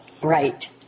Right